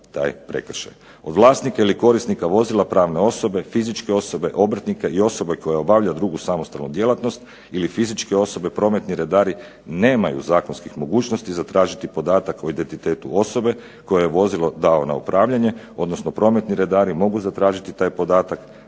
Vlasnika ili korisnika vozila pravne osobe, fizičke osobe, obrtnike i osobe koja obavlja drugu samostalnu djelatnost ili fizičke osobe, prometni redari nemaju zakonskih mogućnosti zatražiti podatak o identitetu osobe kojoj je vozio dao na upravljanje, odnosno prometni redari mogu zatražiti taj podatak